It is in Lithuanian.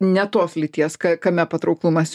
ne tos lyties kame patrauklumas